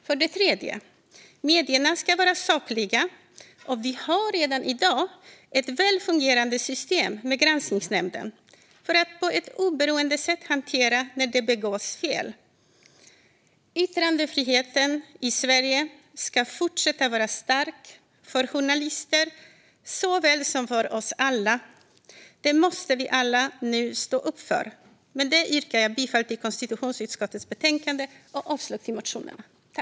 För det tredje ska medierna vara sakliga, och vi har redan i dag ett välfungerande system med granskningsnämnden för att på ett oberoende sätt hantera fel som begås. Yttrandefriheten i Sverige ska fortsätta att vara stark, såväl för journalister som för oss alla. Det måste vi alla nu stå upp för. Fru talman! Med det yrkar jag bifall till förslaget i konstitutionsutskottets betänkande och avslag på motionerna.